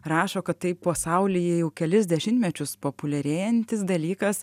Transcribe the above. rašo kad tai pasaulyje jau kelis dešimtmečius populiarėjantis dalykas